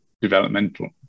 developmental